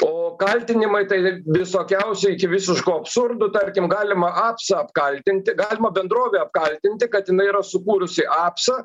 o kaltinimai tai visokiausi iki visiško absurdo tarkim galima apsą apkaltinti galima bendrovę apkaltinti kad jinai yra sukūrusi apsą